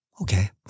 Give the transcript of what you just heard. okay